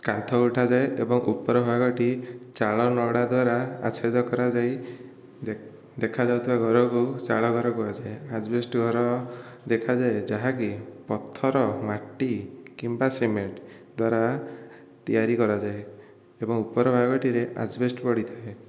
କାନ୍ଥ ଉଠାଯାଏ ଏବଂ ଉପର ଭାଗଟି ଚାଳ ନଡ଼ା ଦ୍ଵାରା ଆଚ୍ଛାଦିତ କରାଯାଇ ଦେଖା ଯାଉଥିବା ଘରକୁ ଚାଳ ଘର କୁହାଯାଏ ଆଜବେଷ୍ଟ ଘର ଦେଖାଯାଏ ଯାହାକି ପଥର ମାଟି କିମ୍ବା ସିମେଣ୍ଟ ଦ୍ଵାରା ତିଆରି କରାଯାଏ ଏବଂ ଉପର ଭାଗଟିରେ ଆଜବେଷ୍ଟ ପଡ଼ିଥାଏ